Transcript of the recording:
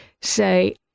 say